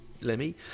Lemmy